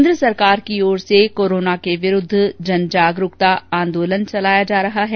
केन्द्र सरकार की ओर से कोरोना के विरूद्व जन जागरूकता आंदोलन चलाया जा रहा है